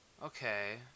Okay